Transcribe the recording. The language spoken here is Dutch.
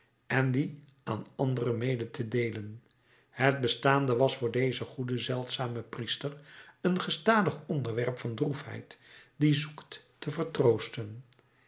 en die aan anderen mede te deelen het bestaande was voor dezen goeden zeldzamen priester een gestadig onderwerp van droefheid die zoekt te vertroosten